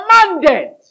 commanded